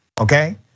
okay